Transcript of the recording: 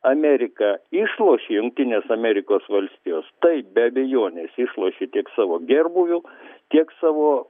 amerika išlošė jungtinės amerikos valstijos taip be abejonės išlošė tiek savo gerbūviu tiek savo